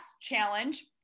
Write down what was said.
challenge